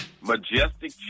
Majestic